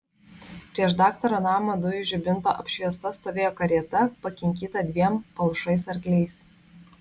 prieš daktaro namą dujų žibinto apšviesta stovėjo karieta pakinkyta dviem palšais arkliais